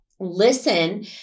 Listen